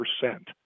percent